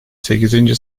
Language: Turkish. sekizinci